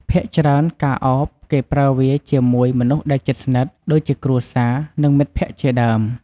ភាគច្រើន ការឱប គេប្រើវាជាមួយមនុស្សដែលជិតស្និទ្ធ ដូចជាគ្រួសារ និងមិត្តភក្តិជាដើម។